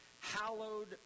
hallowed